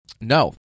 No